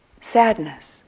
Sadness